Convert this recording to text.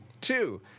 Two